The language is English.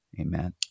Amen